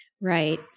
Right